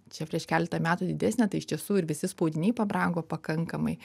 čia prieš keletą metų didesnę tai iš tiesų ir visi spaudiniai pabrango pakankamai